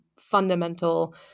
fundamental